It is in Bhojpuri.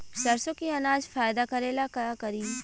सरसो के अनाज फायदा करेला का करी?